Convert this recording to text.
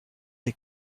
des